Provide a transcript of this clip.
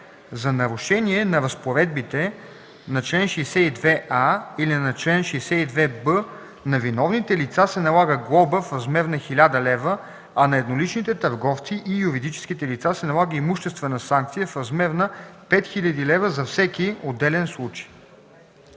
За нарушение на разпоредбите на чл. 62а или на чл. 62б на виновните лица се налага глоба в размер на 1000 лв., а на едноличните търговци и юридическите лица се налага имуществена санкция в размер на 5000 лв. за всеки отделен случай.”